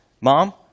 mom